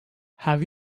have